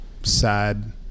sad